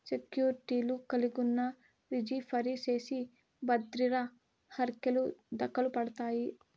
సెక్యూర్టీలు కలిగున్నా, రిజీ ఫరీ చేసి బద్రిర హర్కెలు దకలుపడతాయి